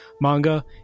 manga